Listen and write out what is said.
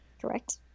Correct